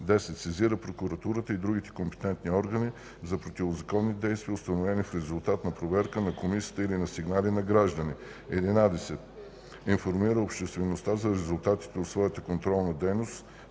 10. сезира прокуратурата и други компетентни органи, за противозаконни действия, установени в резултат на проверки на Комисията или на сигнали на граждани; 11. информира обществеността за резултатите от своята контролна дейност